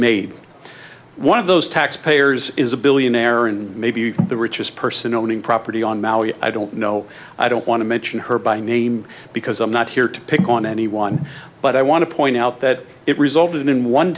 made one of those tax payers is a billionaire and may be the richest person owning property on maui i don't know i don't want to mention her by name because i'm not here to pick on anyone but i want to point out that it resulted in one